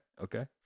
okay